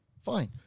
Fine